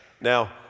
Now